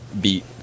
beat